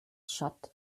shut